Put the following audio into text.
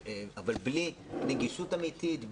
אבל בלי נגישות אמיתית,